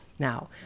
Now